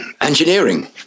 engineering